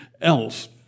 else